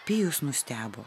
pijus nustebo